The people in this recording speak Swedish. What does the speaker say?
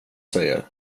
säger